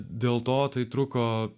dėl to tai truko